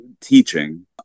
teaching